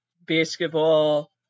Basketball